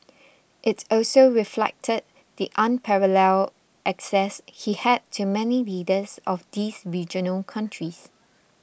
it also reflected the unparalleled access he had to many leaders of these regional countries